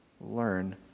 learn